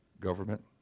government